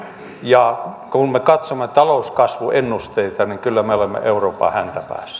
ja kun me katsomme talouskasvuennusteita niin kyllä me olemme euroopan häntäpäässä ja